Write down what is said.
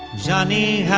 johny